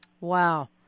Wow